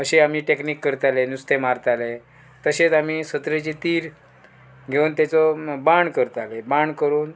अशें आमी टॅक्नीक करताले नुस्तें मारताले तशेंच आमी सत्रेची तीर घेवन तेचो बाण करताले बाण करून